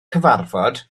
cyfarfod